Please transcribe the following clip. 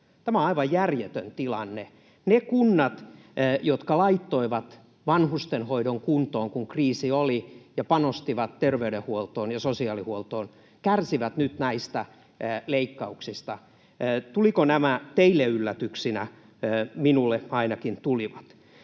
Tämä on aivan järjetön tilanne. Ne kunnat, jotka laittoivat vanhustenhoidon kuntoon, kun kriisi oli, ja panostivat terveydenhuoltoon ja sosiaalihuoltoon, kärsivät nyt näistä leikkauksista. Tulivatko nämä teille yllätyksenä? Minulle ainakin tulivat.